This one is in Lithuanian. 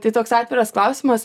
tai toks atviras klausimas